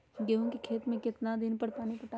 गेंहू के खेत मे कितना कितना दिन पर पानी पटाये?